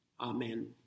amen